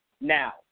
Now